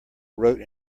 wrote